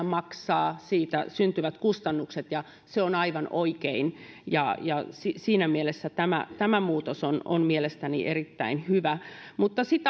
maksaa siitä syntyvät kustannukset ja se on aivan oikein siinä mielessä tämä tämä muutos on on mielestäni erittäin hyvä mutta sitten